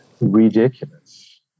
ridiculous